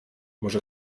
może